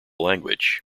language